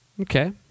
Okay